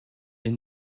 est